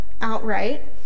outright